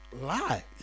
lie